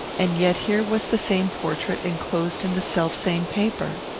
and yet here was the same portrait enclosed in the selfsame paper!